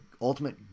ultimate